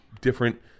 different